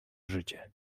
życie